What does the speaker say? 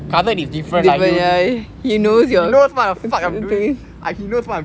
cousin is different lah he knows what the fuck I'm doing he knows what I'm